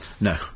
No